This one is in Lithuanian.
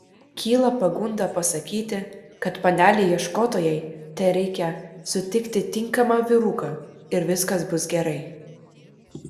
kyla pagunda pasakyti kad panelei ieškotojai tereikia sutikti tinkamą vyruką ir viskas bus gerai